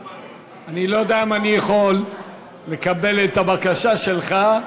אני לא יודע אם אני יכול לקבל את הבקשה שלך.